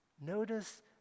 notice